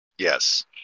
Yes